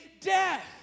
death